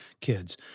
kids